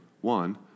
one